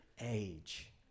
age